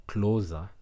Closer